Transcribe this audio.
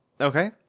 okay